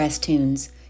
Tunes